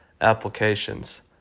applications